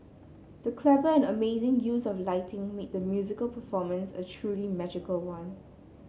the clever and amazing use of lighting made the musical performance a truly magical one